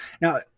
Now